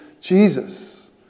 Jesus